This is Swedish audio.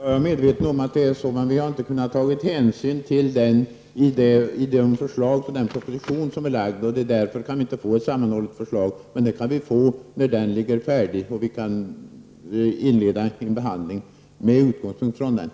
Herr talman! Jag är medveten om det. Men man har inte kunnat ta hänsyn till den i den framlagda propositionen. Därför kan vi just nu inte heller få ett sammanhållet förslag. Det kan vi dock få när remissomgången är färdig.